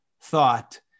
thought